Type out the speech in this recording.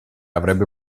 avrebbe